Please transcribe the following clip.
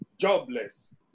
jobless